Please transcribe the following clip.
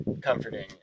Comforting